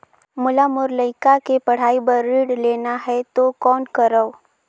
मोला मोर लइका के पढ़ाई बर ऋण लेना है तो कौन करव?